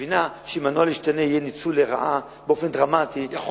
מבינה שאם הנוהל ישתנה יהיה ניצול לרעה באופן דרמטי,